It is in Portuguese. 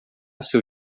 seu